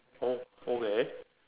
oh okay